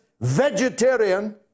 vegetarian